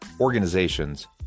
organizations